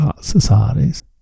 societies